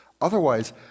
otherwise